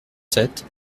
sept